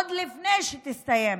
עוד לפני שתסתיים